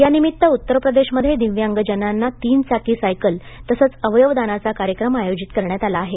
यानिमित्त उत्तर प्रदेशमध्ये दिव्यांगजनांना तीनचाकी सायकल तसंच अवयवदानाचा कार्यक्रम आयोजित करण्यात आला आहे